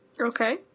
Okay